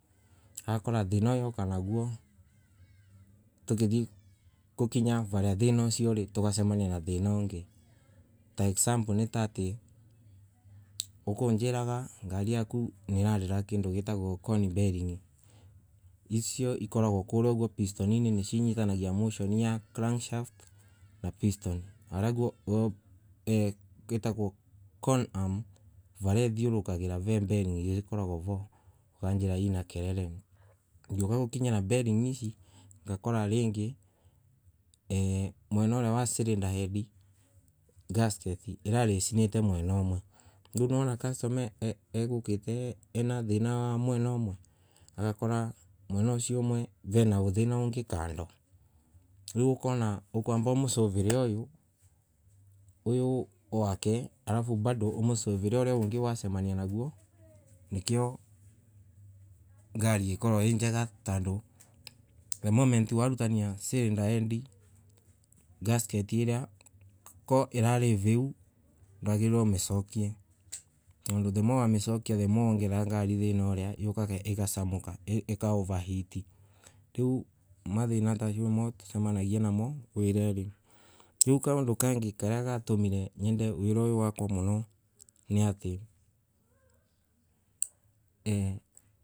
Akoro thina yauka naguo. tukithie gukinya varia thina icio uri. tugacemania na thina ungi. Ta examole ni ta ati. ukinjiraga ngari yaku nitarira kindu. gitagwa coin bearing. Icio ikoragwa kuria ugwo pistorini nicio initithanagia motion ya clung shaft na piston. Corn arm varia ithiorurukagira ve bearing ikaragua vo. Ukajira hii ina kelele. Ngiuka gukinyira bearing ici. ngakora ringi mwena uria wa cylinder head. gasket inalesinite mwera umwe. Riu nwona customer egukite ena thing wa mwena umwe. agakora mwena ucio umue vena thina ungi kando. Riu ukona ukamba umu- solve re uyu uyu wake alafu umu- solve re uria wingi wacemania naguo nikio ngari ikoragwa ii njega tondu. Viu. ndwagiriwe umicokie tondu the more wamicokia the more wangerera ngari thina una yukaga igacamika ika over heat. Riu mathira tamau nimo tucemanagia namo wirari. Riu kaundu kengi karia gatumire nyende wira uyu wakwa muno ni atiiee